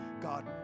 God